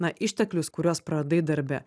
na išteklius kuriuos praradai darbe